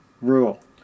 rule